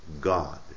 God